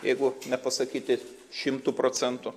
jeigu nepasakyti šimtu procentų